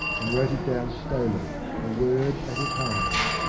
and wrote it down slowly, a word at a time.